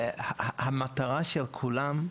המטרה של כולם,